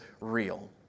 real